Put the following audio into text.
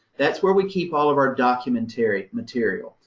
that's where we keep all of our documentary material.